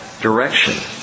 direction